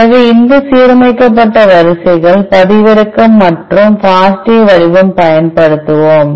எனவே இந்த சீரமைக்கப்பட்ட வரிசைகள் பதிவிறக்கம் மற்றும் FASTAவடிவம் பயன்படுத்துவோம்